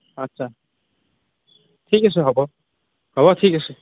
আচ্ছা ঠিক আছে হ'ব হ'ব ঠিক আছে